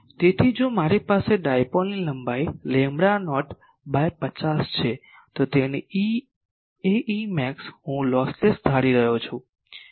તેથી જો મારી પાસે ડાયપોલની લંબાઈ લેમ્બડા નોટ બાય 50 છે તો તેની Ae max હું લોસલેસ ધારી રહ્યો છું